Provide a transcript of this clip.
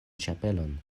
ĉapelon